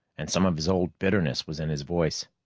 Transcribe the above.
and some of his old bitterness was in his voice.